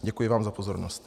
Děkuji vám za pozornost.